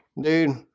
dude